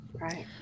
Right